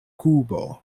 kubo